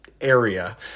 area